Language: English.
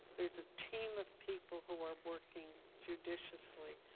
there's a team of people who are working judiciously.